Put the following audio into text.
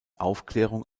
aufklärung